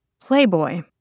Playboy